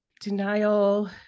denial